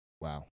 Wow